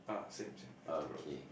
ah same same have two rocks also